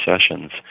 sessions